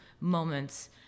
moments